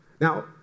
Now